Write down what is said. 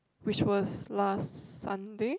which was last Sunday